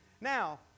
Now